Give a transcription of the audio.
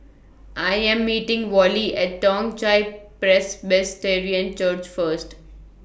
I Am meeting Vollie At Toong Chai Presbyterian and Church First